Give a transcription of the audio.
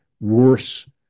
worse